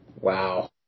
Wow